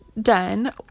done